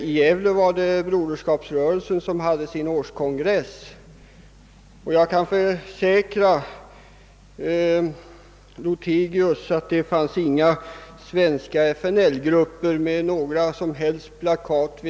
I Gävle höll Broderskapsrörelsen sin årskongress, och jag kan försäkra herr Lothigius att det där inte fanns några svenska FNL-grupper med plakat.